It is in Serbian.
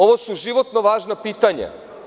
Ovo su životno važna pitanja.